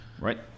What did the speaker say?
right